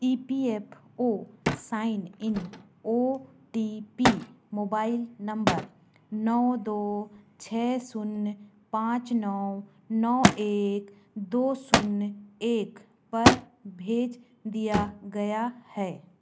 E P F O sign in O T P mobile number नौ दो छ शून्य पाँच नौ नौ एक दो शून्य एक पर भेज दिया गया है